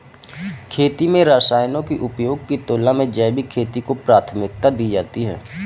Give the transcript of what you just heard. खेती में रसायनों के उपयोग की तुलना में जैविक खेती को प्राथमिकता दी जाती है